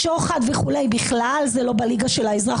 שוחד וכו' זה בכלל לא בליגה של האזרח,